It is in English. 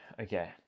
okay